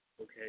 Okay